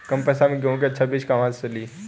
कम पैसा में गेहूं के अच्छा बिज कहवा से ली?